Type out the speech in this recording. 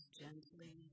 gently